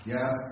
Yes